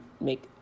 make